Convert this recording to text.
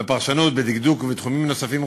בפרשנות, בדקדוק ובתחומים נוספים.